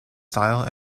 style